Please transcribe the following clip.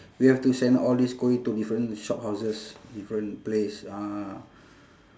we have to send all these kuih to different shophouses different place ah